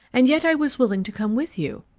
and yet i was willing to come with you,